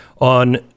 on